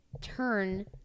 turn